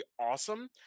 awesome